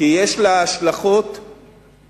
כי יש לה השלכות קשות.